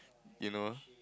you know